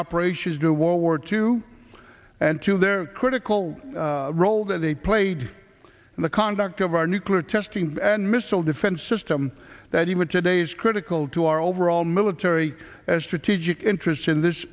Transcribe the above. operations to world war two and to their critical role that they played in the conduct of our nuclear testing and missile defense system that even today is critical to our overall military strategic interests in this